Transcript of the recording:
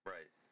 Right